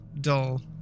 dull